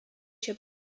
się